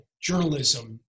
journalism